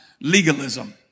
legalism